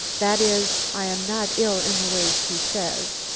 that is i am not ill in the way she says.